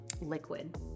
liquid